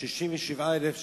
67,000 שקלים.